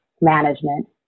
management